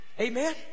Amen